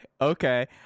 okay